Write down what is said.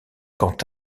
quant